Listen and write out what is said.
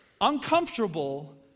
Uncomfortable